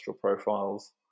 profiles